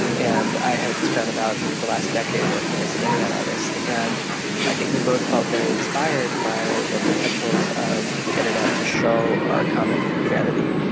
and i had spent about the last decade working as an internet artist. and um i think we both felt very inspired by the potentials of the internet to show our common humanity.